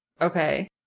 Okay